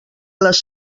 les